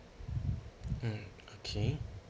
mm okay